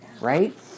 right